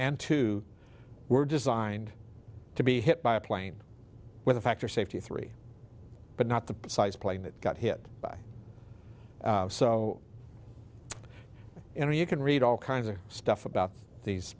and two were designed to be hit by a plane with a factor safety three but not the precise plane that got hit by so you know you can read all kinds of stuff about these